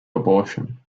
abortion